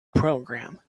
program